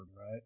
right